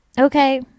Okay